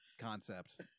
concept